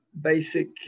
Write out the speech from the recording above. basic